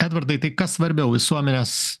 edvardai tai kas svarbiau visuomenės